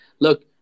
Look